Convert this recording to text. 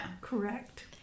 Correct